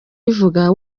ivuga